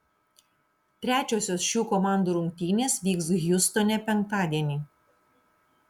trečiosios šių komandų rungtynės vyks hjustone penktadienį